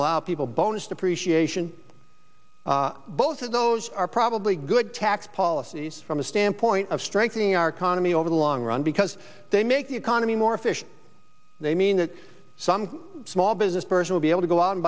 to allow people bonus depreciation both of those are probably good tax policies from the standpoint of strengthening our economy over the long run because they make the economy more efficient they mean that some small business person will be able to go out and